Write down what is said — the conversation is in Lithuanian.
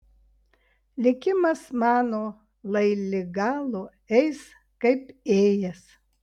likimas mano lai lig galo eis kaip ėjęs